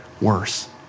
worse